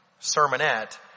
sermonette